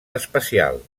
espacial